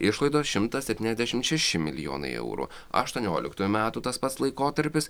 išlaidos šimtas septyniasdešimt šeši milijonai eurų aštuonioliktųjų metų tas pats laikotarpis